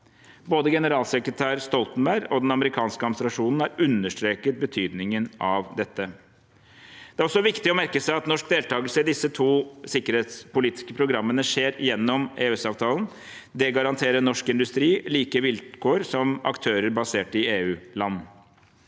Både generalsekretær Stoltenberg og den amerikanske administrasjonen har understreket betydningen av dette. Det er også viktig å merke seg at norsk deltakelse i disse to sikkerhetspolitiske programmene skjer gjennom EØS-avtalen. Det garanterer norsk industri like vilkår som aktører basert i EU-land.